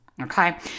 Okay